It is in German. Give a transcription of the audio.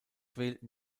wählten